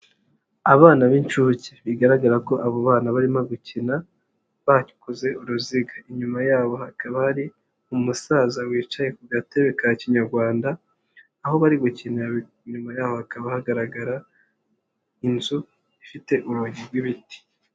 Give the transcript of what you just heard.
Abana b'incuke bigaragara ko abo bana barimo gukina, bakoze uruziga, inyuma yabo hakaba hari umusaza wicaye ku gatebe ka kinyarwanda, aho bari gukinira inyuma yaho hakaba hagaragara inzu ifite urugi rw'ibiti.